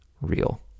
real